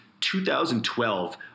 2012